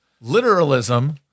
literalism